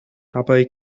dabei